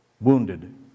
wounded